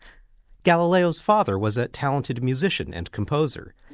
galileo's father was a talented musician and composer,